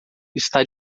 está